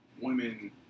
women